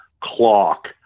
clock